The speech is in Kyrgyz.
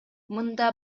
мында